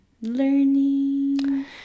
learning